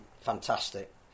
fantastic